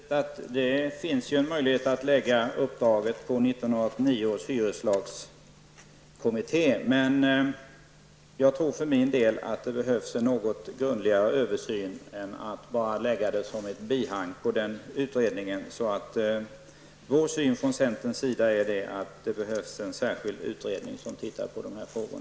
Herr talman! Det är riktigt att det finns en möjlighet att lägga detta uppdrag på 1989 års hyreslagskommitté, men jag tror för min del att det behövs en något grundligare översyn än vad som kan ske genom att man lägger uppdraget som ett bihang till hyreslagskommittén. Vi i centern anser alltså att det behövs en särskild utredning som ser över dessa frågor.